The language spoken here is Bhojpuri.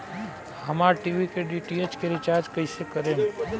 हमार टी.वी के डी.टी.एच के रीचार्ज कईसे करेम?